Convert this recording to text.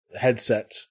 headset